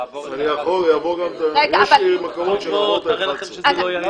יש מקומות שנעבור את ה-11.